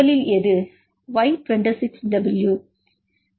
Y26W